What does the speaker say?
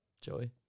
Joey